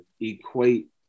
equate